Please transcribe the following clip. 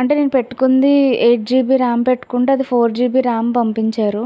అంటే నేను పెట్టుకుంది ఎయిట్ జిబీ ర్యామ్ పెట్టుకుంటే అది ఫోర్ జిబి ర్యామ్ పంపించారు